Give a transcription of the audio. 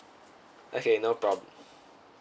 okay no prob